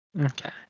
Okay